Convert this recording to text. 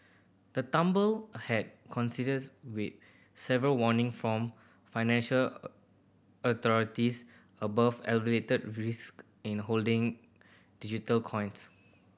the tumble had coincides with several warning from financial authorities about elevated risk in holding digital coins